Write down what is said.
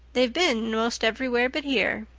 they've been most everywhere but here.